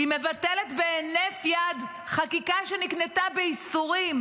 היא מבטלת בהינף יד חקיקה שנקנתה בייסורים